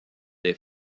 des